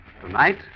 Tonight